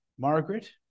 Margaret